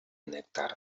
nèctar